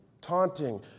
taunting